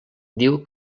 diu